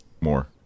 more